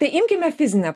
tai imkime fizinę